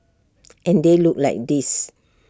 and they look like this